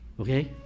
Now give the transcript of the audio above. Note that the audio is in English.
Okay